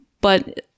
but-